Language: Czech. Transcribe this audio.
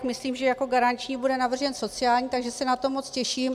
Myslím, že jako garanční bude navržen sociální, takže se na to moc těším.